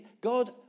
God